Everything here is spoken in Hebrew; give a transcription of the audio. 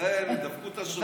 אצלם דפקו את השוד.